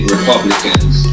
Republicans